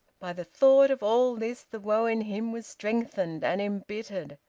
by the thought of all this the woe in him was strengthened and embittered.